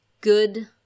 good